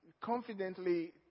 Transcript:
confidently